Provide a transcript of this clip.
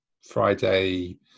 Friday